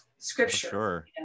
scripture